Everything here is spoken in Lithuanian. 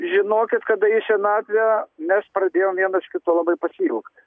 žinokit kada į senatvę mes pradėjom vienas kito labai pasiilgt